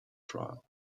trial